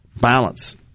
balance